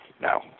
no